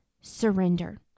surrender